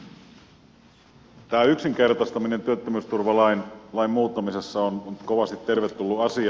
tämä yksinkertaistaminen työttömyysturvalain muuttamisessa on kovasti tervetullut asia